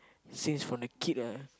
since from the kid ah